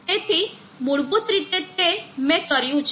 તેથી મૂળભૂત રીતે તે મેં કર્યું છે